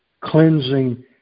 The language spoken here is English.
cleansing